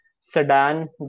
sedan